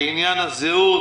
לעניין הזהות,